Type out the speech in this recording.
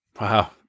Wow